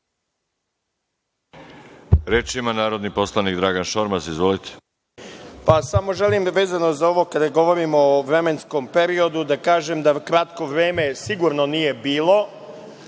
Reč ima narodni poslanik Dragan Šormaz. Izvolite. **Dragan Šormaz** Samo želim vezano za ovo kada govorimo o vremenskom periodu da kažem da kratko vreme sigurno nije bilo,